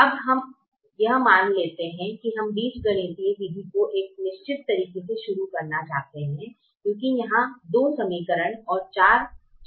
अब हम यह मान लेते हैं कि हम बीजगणितीय विधि को एक निश्चित तरीके से शुरू करना चाहते हैं क्योंकि यहा 2 समीकरण और 4 चर हैं